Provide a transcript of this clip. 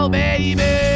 baby